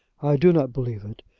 i do not believe it.